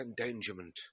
endangerment